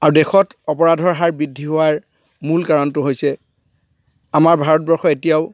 আৰু দেশত অপৰাধৰ হাৰ বৃদ্ধি হোৱাৰ মূল কাৰণটো হৈছে আমাৰ ভাৰতবৰ্ষ এতিয়াও